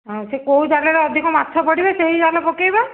ହଁ ସେ କୋଉ ଜାଲରେ ଅଧିକ ମାଛ ପଡ଼ିବେ ସେଇ ଜାଲ ପକେଇବା